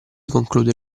conclude